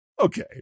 okay